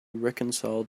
reconcile